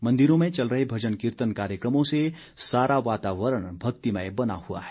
मंदिरों में चल रहे भजन कीर्तन कार्यक्रमों से सारा वातावरण भक्तिमय बना हुआ है